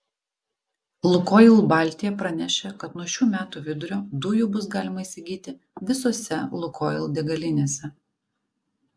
lukoil baltija pranešė kad nuo šių metų vidurio dujų bus galima įsigyti visose lukoil degalinėse